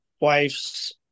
wife's